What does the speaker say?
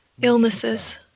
illnesses